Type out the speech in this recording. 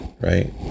Right